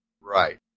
Right